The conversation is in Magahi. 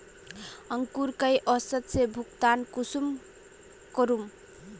अंकूर कई औसत से भुगतान कुंसम करूम?